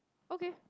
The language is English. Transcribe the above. okay